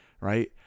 right